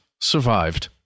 survived